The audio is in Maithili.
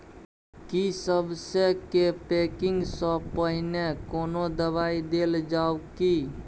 की सबसे के पैकिंग स पहिने कोनो दबाई देल जाव की?